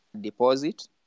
deposit